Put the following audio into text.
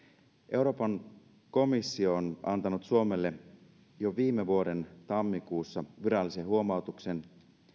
euroopan komissio on antanut suomelle jo viime vuoden tammikuussa virallisen huomautuksen